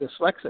dyslexic